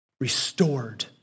restored